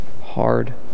Hard